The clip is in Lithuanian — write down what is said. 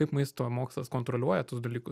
kaip maisto mokslas kontroliuoja tuos dalykus